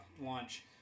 launch